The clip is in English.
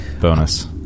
bonus